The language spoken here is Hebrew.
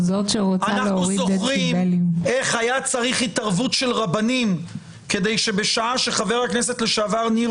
אנחנו זוכרים איך נדרשה התערבות רבנים כדי שבשעה שחכ"ל ניר